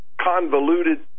convoluted